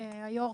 היו"ר,